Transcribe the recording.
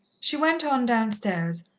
she went on downstairs,